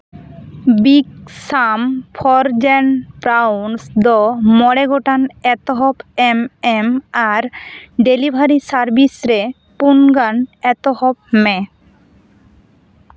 big ᱥᱟᱢᱯᱷᱚᱨᱡᱮᱱ ᱯᱨᱟᱣᱩᱱᱥᱫᱚ ᱢᱚᱬᱮ ᱜᱚᱴᱟᱱ ᱮᱛᱚᱦᱚᱵ ᱮᱱ ᱮᱢ ᱟᱨ ᱰᱮᱞᱤᱵᱷᱟᱨᱤ ᱥᱟᱨᱵᱷᱤᱥ ᱨᱮ ᱯᱩᱱ ᱜᱟᱱ ᱮᱛᱚᱦᱚᱵ ᱢᱮ